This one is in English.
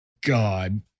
god